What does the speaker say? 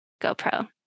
GoPro